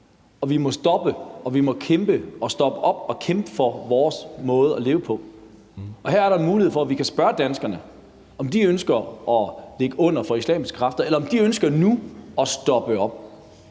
bid efter bid, og vi må stoppe op og kæmpe for vores måde at leve på. Her er der en mulighed for, at vi kan spørge danskerne, om de ønsker at ligge under for islamiske kræfter, eller om de ønsker at stoppe op